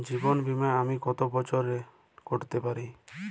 জীবন বীমা আমি কতো বছরের করতে পারি?